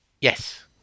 Yes